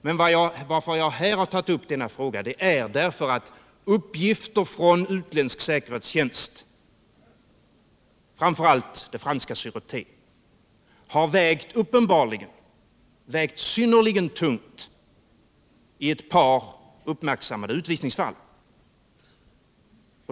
Men anledningen till att jag här har tagit upp denna fråga är att uppgifter från utländsk säkerhetstjänst, framför allt det franska Säreté, uppenbarligen har vägt synnerligen tungt i ett par uppmärksammade utvisningsfall.